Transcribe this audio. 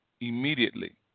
immediately